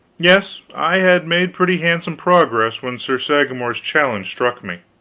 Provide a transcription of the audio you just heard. yes, i had made pretty handsome progress when sir sagramor's challenge struck me.